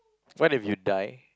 what if you die